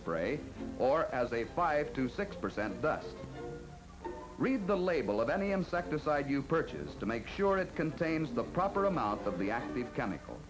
spray or as a five to six percent thus read the label of any insecticide you purchase to make sure it contains the proper amounts of the active chemicals